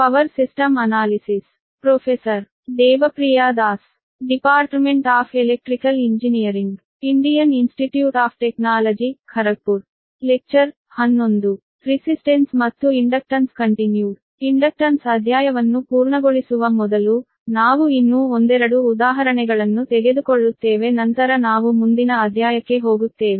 ರೆಸಿಸ್ಟೆನ್ಸ್ಮತ್ತು inductance continued inductance ಅಧ್ಯಾಯವನ್ನು ಪೂರ್ಣಗೊಳಿಸುವ ಮೊದಲು ನಾವು ಇನ್ನೂ ಒಂದೆರಡು ಉದಾಹರಣೆಗಳನ್ನು ತೆಗೆದುಕೊಳ್ಳುತ್ತೇವೆ ನಂತರ ನಾವು ಮುಂದಿನ ಅಧ್ಯಾಯಕ್ಕೆ ಹೋಗುತ್ತೇವೆ